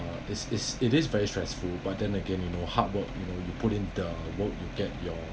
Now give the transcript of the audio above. uh is is it is very stressful but then again you know hard work you know you put in the work you get your